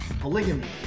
Polygamy